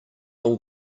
all